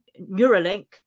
Neuralink